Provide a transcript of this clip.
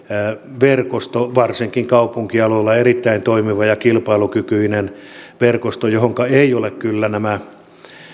verkosto varsinkin kaupunkialueilla erittäin toimiva ja kilpailukykyinen verkosto johonka eivät ole kyllä nämä